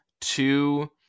two